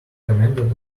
commented